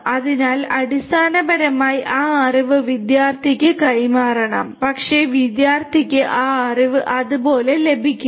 അതിനാൽ അടിസ്ഥാനപരമായി ആ അറിവ് വിദ്യാർത്ഥിക്ക് കൈമാറണം പക്ഷേ വിദ്യാർത്ഥിക്ക് ആ അറിവ് അതുപോലെ ലഭിക്കില്ല